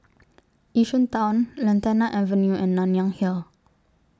Yishun Town Lantana Avenue and Nanyang Hill